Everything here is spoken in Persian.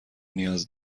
نیاز